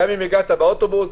גם אם הגעת באוטובוס,